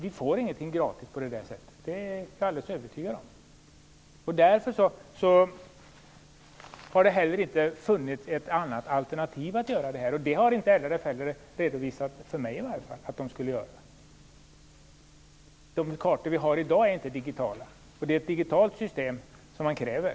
Vi får ingenting gratis på något annat sätt - det är jag alldeles övertygad om. Därför har det heller inte funnits något alternativ för att göra det här. Det har LRF i varje fall inte redovisat för mig att de skulle ha. De kartor vi har i dag är inte digitala, och det är ett digitalt system EU kräver.